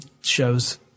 shows